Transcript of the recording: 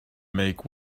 make